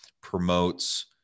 promotes